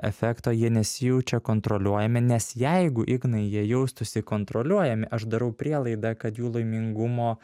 efekto jie nesijaučia kontroliuojami nes jeigu ignai jie jaustųsi kontroliuojami aš darau prielaidą kad jų laimingumo